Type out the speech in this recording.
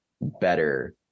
better